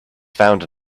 found